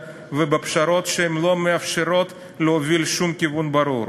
ובפשרות שלא מאפשרות להוביל שום כיוון ברור.